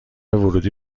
ورودی